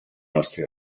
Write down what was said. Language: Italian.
nostri